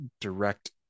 direct